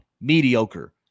mediocre